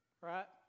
Right